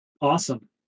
Awesome